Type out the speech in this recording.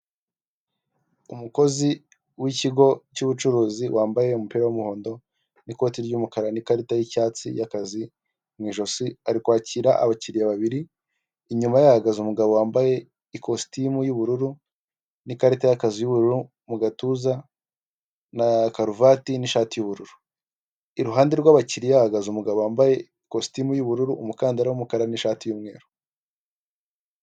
Umukozi w'ikigo cy'ubucuruzi wambaye umupira w'umuhondo n'ikoti ry'umukara n'ikarita y'icyatsi y'akazi mu ijosi ari kwakira abakiriya babiri, inyuma ye hahagaze umugabo wambaye ikositimu y'ubururu n'ikarita y'akazi y'ubururu mu gatuza na karuvati n'ishati y'ubururu, iruhande rw'abakiriya hahagaze umugabo wambaye ikositimu y'ubururu, umukandara w'umukara n'ishati y'umweru.